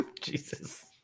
Jesus